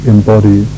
embody